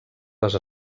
les